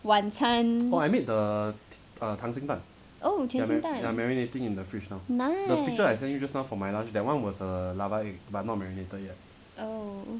晚餐 oh 溏心蛋 nice oh